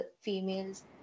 females